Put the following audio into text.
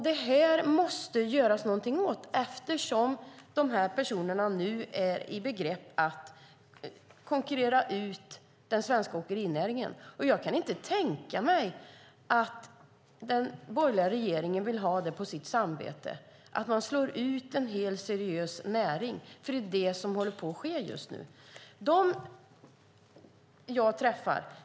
Det måste göras någonting åt detta eftersom de här personerna nu är i begrepp att konkurrera ut den svenska åkerinäringen. Jag kan inte tänka mig att den borgerliga regeringen vill ha på sitt samvete att man slår ut en hel seriös näring, för det är det som håller på att ske just nu.